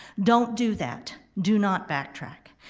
don't do that, do not backtrack.